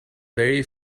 very